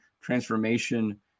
transformation